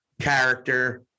character